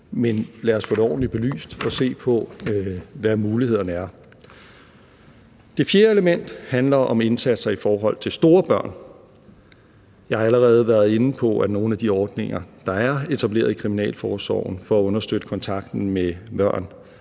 Men lad os få det ordentligt belyst og se på, hvad mulighederne er. Det fjerde element handler om indsatser i forhold til store børn. Jeg har allerede været inde på, at nogle af de ordninger, der er etableret i kriminalforsorgen for at understøtte kontakten med børn,